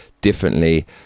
differently